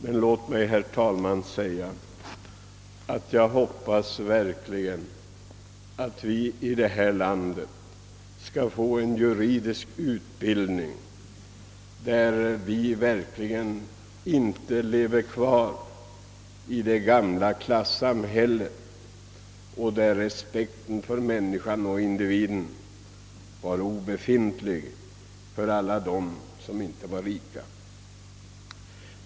Men låt mig, herr talman, säga att jag hoppas verkligen att vi i detta land skall få en juridisk utbildning som inte lever kvar i det gamla klassamhället, där respekten för människan och individen var obefintlig om det inte gällde de rika.